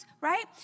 right